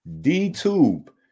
D-Tube